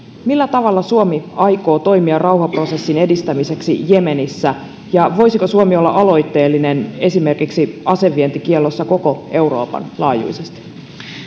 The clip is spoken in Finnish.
millä tavalla suomi aikoo toimia rauhanprosessin edistämiseksi jemenissä ja voisiko suomi olla aloitteellinen esimerkiksi asevientikiellossa koko euroopan laajuisesti